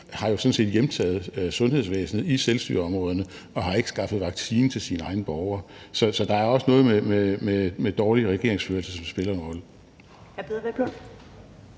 sådan set har hjemtaget sundhedsvæsenet i selvstyreområderne og ikke har skaffet vaccine til sine egne borgere. Så der er også noget med dårlig regeringsførelse, som spiller en rolle.